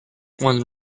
one